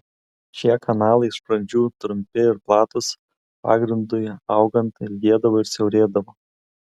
šie kanalai iš pradžių trumpi ir platūs pagrindui augant ilgėdavo ir siaurėdavo